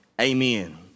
Amen